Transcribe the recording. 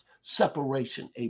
Separation